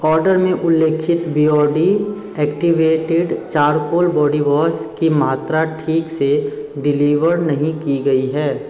order में उल्लेखित बिऔर्डी एक्टिवेटेड चारकोल बौडी वोश के मात्रा ठीक से डिलीवर नहीं की गई है